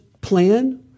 plan